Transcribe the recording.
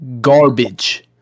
garbage